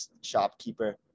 shopkeeper